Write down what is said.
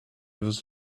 was